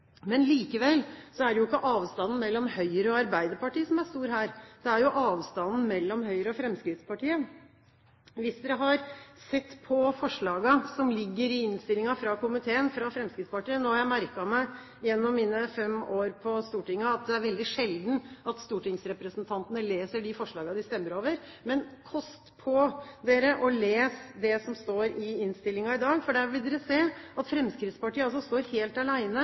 Men det er likevel ikke avstanden mellom Høyre og Arbeiderpartiet som er stor her. Det er jo avstanden mellom Høyre og Fremskrittspartiet. Hvis dere har sett på Fremskrittspartiets forslag i innstillingen fra komiteen – nå har jeg merket meg gjennom mine fem år på Stortinget at det er veldig sjelden at stortingsrepresentantene leser de forslagene de stemmer over, men kost på dere å lese det som står i innstillingen i dag, for der vil dere se at Fremskrittspartiet står helt